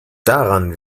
daran